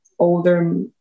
older